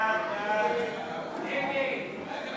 ההצעה להעביר את הצעת חוק הפחתת הגירעון והגבלת